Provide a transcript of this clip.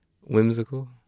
whimsical